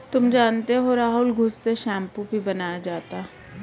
तुम जानते हो राहुल घुस से शैंपू भी बनाया जाता हैं